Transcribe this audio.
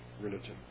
religion